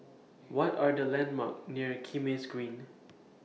What Are The landmarks near Kismis Green